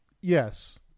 Yes